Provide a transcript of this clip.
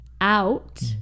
out